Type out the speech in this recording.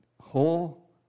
whole